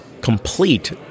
complete